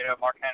Mark